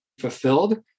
fulfilled